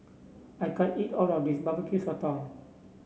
I can't eat all of this Barbecue Sotong